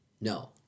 No